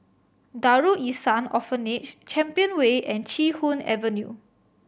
Darul Ihsan Orphanage Champion Way and Chee Hoon Avenue